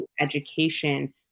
education